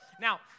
Now